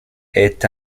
est